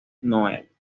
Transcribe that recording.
noël